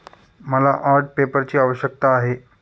मला आर्ट पेपरची आवश्यकता आहे